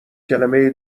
کلمه